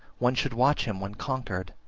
one should watch him when conquered,